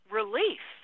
relief